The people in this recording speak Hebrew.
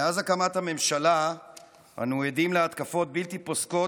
מאז הקמת הממשלה אנו עדים להתקפות בלתי פוסקות